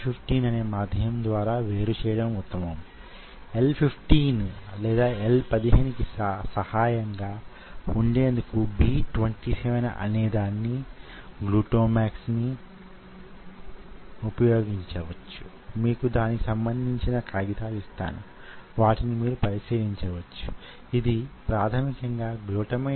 myosin శీర్షము ద్వారా myosin actin ల మధ్య జరుగుతున్న స్లైడింగ్ యొక్క వేగం కండరాలకు చెందిన వేగం వంటిది